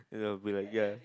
they will be like ya